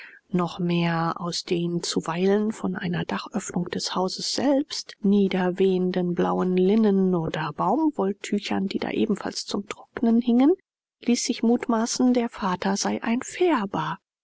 noch mehr aus den zuweilen von einer dachöffnung des hauses selbst niederwehenden blauen linnen oder baumwolltüchern die da ebenfalls zum trocknen hingen ließ sich mutmaßen der vater sei ein färber